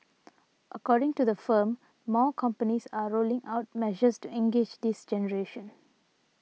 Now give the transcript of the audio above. according to the firm more companies are rolling out measures to engage this generation